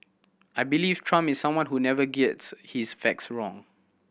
I believe Trump is someone who never gets his facts wrong